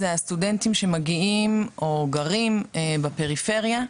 הוא הסטודנטים שמגיעים או גרים בפריפריה,